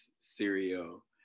cereal